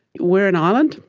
we're an island,